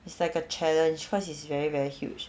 it's like a challenge cause it's very very huge